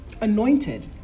anointed